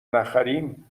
نخریم